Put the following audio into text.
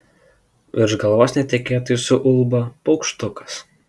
virš galvos netikėtai suulba paukštukas